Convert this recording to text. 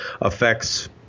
affects